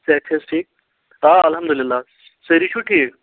صحت چھِ حظ ٹھیٖک آ اَلحمدُاللہ سٲری چھِو ٹھیٖک